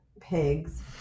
pigs